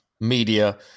media